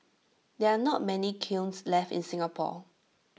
there are not many kilns left in Singapore